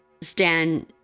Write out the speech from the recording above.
Stan